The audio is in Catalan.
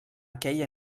aquell